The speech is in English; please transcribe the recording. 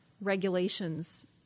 regulations